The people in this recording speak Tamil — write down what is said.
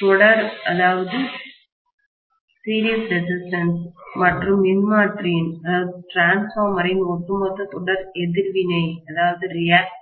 தொடர் எதிர்ப்புரெசிஸ்டன்ஸ் மற்றும் மின்மாற்றியின் டிரான்ஸ்பார்மரின் ஒட்டுமொத்த தொடர் எதிர்வினை ரியாக்டன்ஸ்